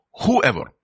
whoever